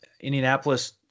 Indianapolis